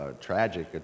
tragic